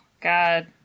God